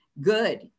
Good